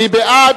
מי בעד?